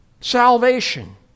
salvation